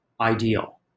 ideal